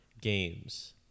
games